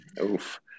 Oof